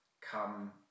come